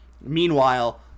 Meanwhile